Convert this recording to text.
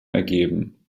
ergeben